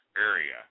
area